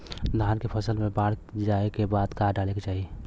धान के फ़सल मे बाढ़ जाऐं के बाद का डाले के चाही?